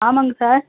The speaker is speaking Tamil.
ஆமாங்க சார்